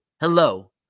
hello